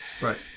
Right